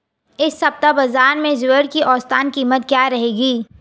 इस सप्ताह बाज़ार में ज्वार की औसतन कीमत क्या रहेगी?